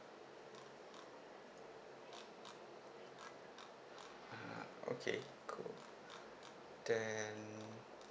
(uh huh) okay cool then